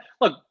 look